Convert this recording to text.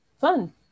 fun